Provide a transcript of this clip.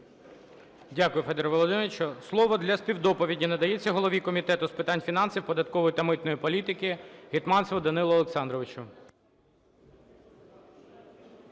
Дякую, Федоре Володимировичу. Слово для співдоповіді надається голові Комітету з питань фінансів, податкової та митної політики Гетманцеву Данилу Олександровичу.